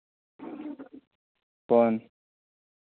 कौन